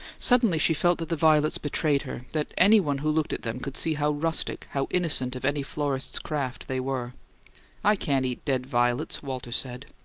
suddenly she felt that the violets betrayed her that any one who looked at them could see how rustic, how innocent of any florist's craft they were i can't eat dead violets, walter said.